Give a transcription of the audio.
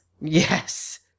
Yes